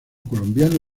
colombiano